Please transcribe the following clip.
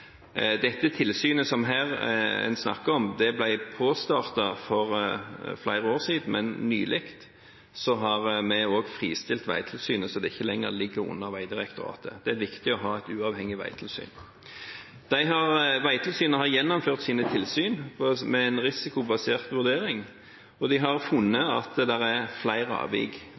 tilsynet som en her snakker om, ble startet opp for flere år siden, men nylig har vi fristilt Vegtilsynet, slik at det ikke lenger ligger under Vegdirektoratet. Det er viktig å ha et uavhengig veitilsyn. Vegtilsynet har gjennomført sine tilsyn med en risikobasert vurdering, og de har funnet at det er flere avvik.